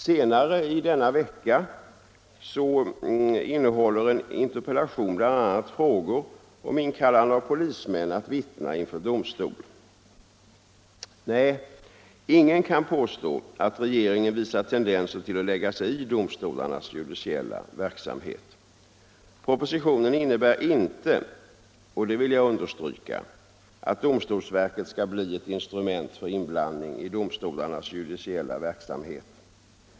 Senare i denna vecka kommer jag att besvara en interpellation som bl.a. berör frågor om inkallande av polismän att vittna inför domstol. Nej, ingen kan påstå att regeringen visar tendenser att lägga sig i domstolarnas judiciella verksamhet. Propositionen innebär inte — det vill jag understryka — att domstolsverket skall bli ett instrument för inblandning i domstolarnas judiciella verksamhet.